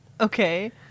Okay